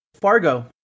Fargo